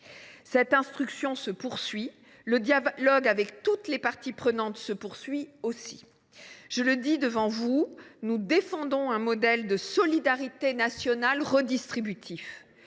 Cette instruction se poursuit, tout comme le dialogue avec toutes les parties prenantes. Mais je le dis devant vous, nous défendons un modèle de solidarité nationale redistributif,